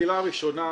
הקהילה הראשונה,